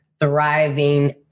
thriving